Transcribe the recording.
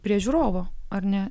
prie žiūrovo ar ne